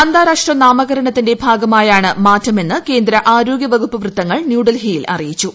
അന്താരാഷ്ട്ര നാമകരണത്തിന്റെ ഭാഗമായാണ് മാറ്റമെന്ന് കേന്ദ്ര ആരോഗ്യവകുപ്പ് വൃത്തങ്ങൾ ന്യൂഡൽഹിയിൽ അറിയിച്ചു